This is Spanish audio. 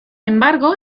embargo